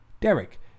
derek